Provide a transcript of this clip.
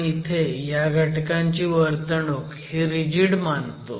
आपण इथे ह्या घटकांची वर्तणूक ही रिजिड मानतो